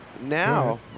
now